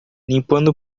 limpando